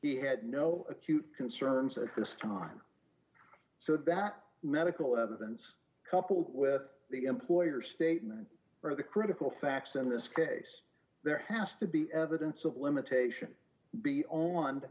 he had no acute concerns at this time so that medical evidence coupled with the employer statement or the critical facts in this case there has to be evidence of limitation be on